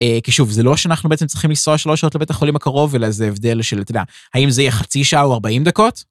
כי שוב, זה לא שאנחנו בעצם צריכים לנסוע שלוש שעות לבית החולים הקרוב, אלא זה הבדל של, אתה יודע, האם זה יהיה חצי שעה או ארבעים דקות?